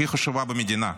הכי חשובה במדינה,